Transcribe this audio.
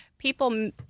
People